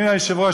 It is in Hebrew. אדוני היושב-ראש,